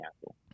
castle